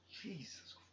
Jesus